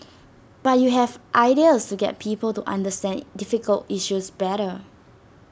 but you have ideas to get people to understand difficult issues better